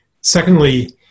Secondly